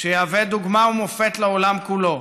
שיהווה דוגמה ומופת לעולם כולו.